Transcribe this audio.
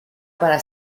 para